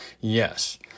Yes